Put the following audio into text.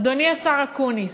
אדוני השר אקוניס,